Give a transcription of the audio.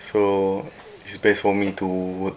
so it's best for me to work